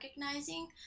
recognizing